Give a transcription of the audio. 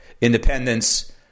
independence